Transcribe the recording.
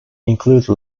include